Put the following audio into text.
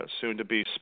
soon-to-be